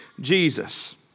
Jesus